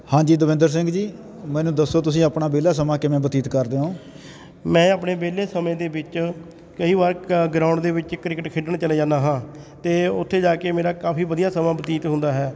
ਹਾਂਜੀ ਦਵਿੰਦਰ ਸਿੰਘ ਜੀ ਮੈਨੂੰ ਦੱਸੋ ਤੁਸੀਂ ਆਪਣਾ ਵਿਹਲਾ ਸਮਾਂ ਕਿਵੇਂ ਬਤੀਤ ਕਰਦੇ ਹੋ ਮੈਂ ਆਪਣੇ ਵਿਹਲੇ ਸਮੇਂ ਦੇ ਵਿੱਚ ਕਈ ਵਾਰ ਕ ਗਰਾਉਂਡ ਦੇ ਵਿੱਚ ਕ੍ਰਿਕਟ ਖੇਡਣ ਚਲਾ ਜਾਂਦਾ ਹਾਂ ਅਤੇ ਉੱਥੇ ਜਾ ਕੇ ਮੇਰਾ ਕਾਫੀ ਵਧੀਆ ਸਮਾਂ ਬਤੀਤ ਹੁੰਦਾ ਹੈ